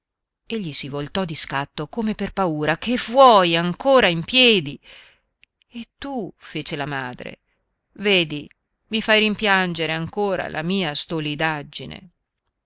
l'uscio egli si voltò di scatto come per paura che vuoi ancora in piedi e tu fece la madre vedi mi fai rimpiangere ancora la mia